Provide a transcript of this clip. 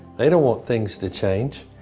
they don't want things to change.